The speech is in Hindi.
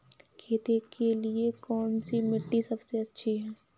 खेती के लिए कौन सी मिट्टी सबसे अच्छी है?